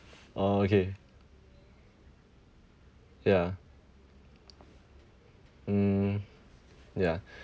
orh okay yeah mm yeah